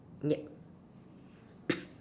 yup